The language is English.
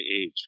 age